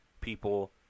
people